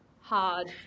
hard